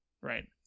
Right